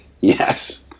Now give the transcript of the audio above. Yes